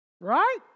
Right